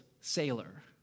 sailor